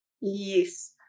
Yes